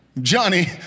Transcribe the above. Johnny